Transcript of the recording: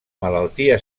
malaltia